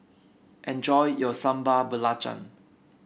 enjoy your Sambal Belacan